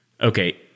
okay